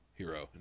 hero